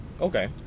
Okay